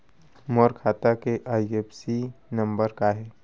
मोर खाता के IFSC number का हे?